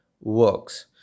works